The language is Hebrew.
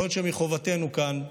יכול להיות שמחובתנו כאן,